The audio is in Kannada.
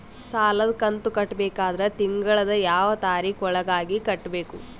ಸಾಲದ ಕಂತು ಕಟ್ಟಬೇಕಾದರ ತಿಂಗಳದ ಯಾವ ತಾರೀಖ ಒಳಗಾಗಿ ಕಟ್ಟಬೇಕು?